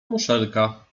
muszelka